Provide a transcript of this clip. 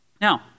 Now